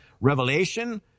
revelation